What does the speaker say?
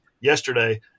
yesterday